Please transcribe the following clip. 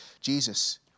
Jesus